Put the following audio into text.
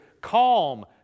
Calm